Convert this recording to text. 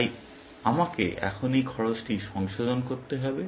তাই আমাকে এখন এই খরচটি সংশোধন করতে হবে